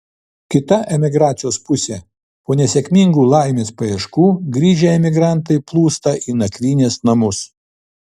kita emigracijos pusė po nesėkmingų laimės paieškų grįžę emigrantai plūsta į nakvynės namus